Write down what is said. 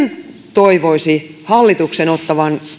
toivoisi hallituksen ottavan